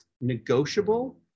negotiable